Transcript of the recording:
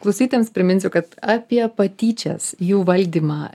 klausytojams priminsiu kad apie patyčias jų valdymą